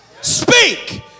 speak